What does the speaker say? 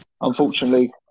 unfortunately